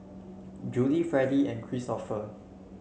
Juli Fredy and Kristoffer